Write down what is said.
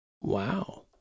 Wow